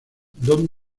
don